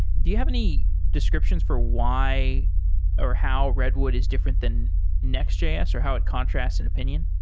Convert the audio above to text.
do you have any descriptions for why or how redwood is different than nextjs or how it contrasts in opinion?